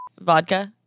vodka